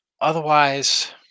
Otherwise